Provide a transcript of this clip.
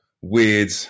weird